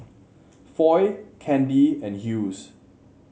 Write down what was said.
Foy Candi and Hughes